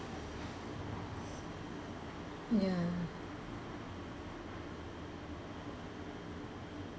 ya